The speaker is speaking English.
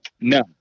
No